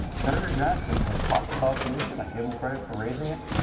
senator johnson had talked about the issue, and i give him credit for raising it,